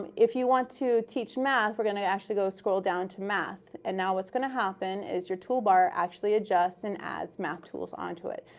if you want to teach math, we're going to actually scroll down to math. and now what's going to happen is your toolbar actually adjusts and adds math tools onto it.